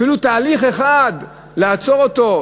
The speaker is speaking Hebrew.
אפילו תהליך אחד, לעצור אותו,